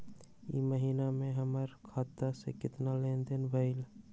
ई महीना में हमर खाता से केतना लेनदेन भेलइ?